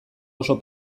oso